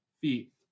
feet